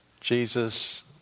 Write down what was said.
Jesus